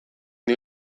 dio